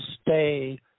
stay